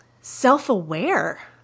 self-aware